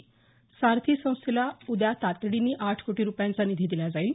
सारथी संस्थेला उद्याच तातडीने आठ कोटी रूपयांचा निधी दिला जाईल